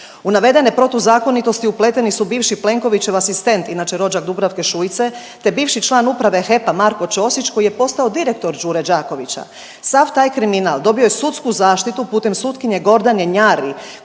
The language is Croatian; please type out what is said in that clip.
U navedene protuzakonitosti upleteni su bivši Plenkovićev asistent inače rođak Dubravke Šuice, te bivši član uprave HEP-a Marko Ćosić koji je postao direktor Đure Đakovića. Sav taj kriminal dobio je sudsku zaštitu putem sutkinje Gordane Njari